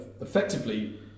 effectively